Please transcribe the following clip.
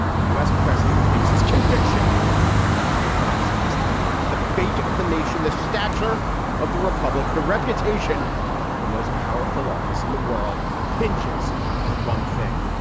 a u s. president faces conviction for high crimes and misdemeanors. the fate of the nation, the stature of the republic, the reputation of the most powerful office in the world hinges on one thing.